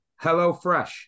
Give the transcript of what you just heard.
HelloFresh